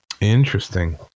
Interesting